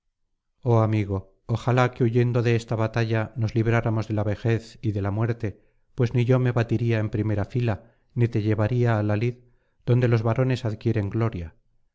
oh amigo ojalá que huyendo de esta batalla nos libráramos de la vejez y de la muerte pues ni yo me batiría en primera fila ni te llevaría á la lid donde los varones adquieren gloria